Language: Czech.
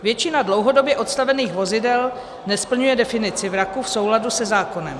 Většina dlouhodobě odstavených vozidel nesplňuje definici vraku v souladu se zákonem.